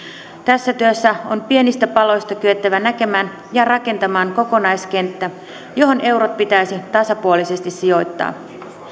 tässä tässä työssä on pienistä paloista kyettävä näkemään ja rakentamaan kokonaiskenttä johon eurot pitäisi tasapuolisesti sijoittaa